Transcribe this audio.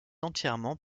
entièrement